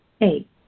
Eight